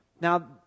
now